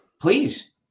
Please